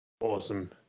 Awesome